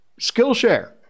Skillshare